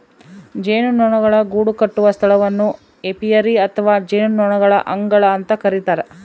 ಜೇನುನೊಣಗಳು ಗೂಡುಕಟ್ಟುವ ಸ್ಥಳವನ್ನು ಏಪಿಯರಿ ಅಥವಾ ಜೇನುನೊಣಗಳ ಅಂಗಳ ಅಂತ ಕರಿತಾರ